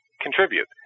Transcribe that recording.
contribute